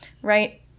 right